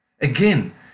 Again